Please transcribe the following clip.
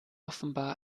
offenbar